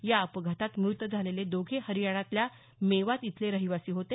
या अपघातात म्रत झालेले दोघे हरियाणातल्या मेवात इथले रहिवासी होते